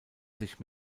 sich